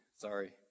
Sorry